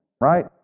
right